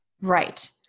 Right